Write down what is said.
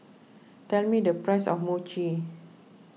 tell me the price of Mochi